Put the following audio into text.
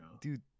dude